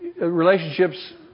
relationships